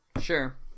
sure